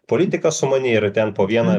politika sumani ir ten po vieną